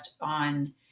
on